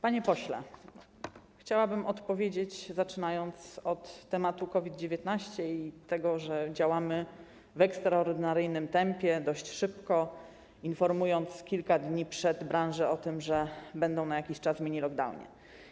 Panie pośle, chciałabym odpowiedzieć, zaczynając od tematu COVID-19 i tego, że działamy w ekstraordynaryjnym tempie, dość szybko informując, kilka dni przed, branże o tym, że będą na jakiś czas w minilockdownie.